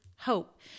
Hope